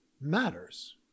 matters